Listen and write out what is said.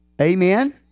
Amen